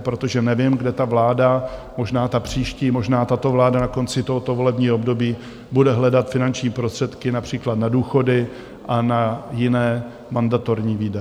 Protože nevím, kde ta vláda, možná ta příští, možná tato vláda na konci tohoto volebního období, bude hledat finanční prostředky například na důchody a na jiné mandatorní výdaje.